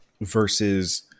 versus